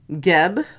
Geb